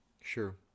Sure